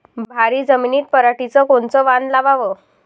भारी जमिनीत पराटीचं कोनचं वान लावाव?